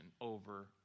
over